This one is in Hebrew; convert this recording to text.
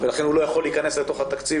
ולכן הוא לא יכול להיכנס לתוך התקציב.